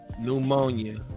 pneumonia